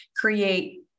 create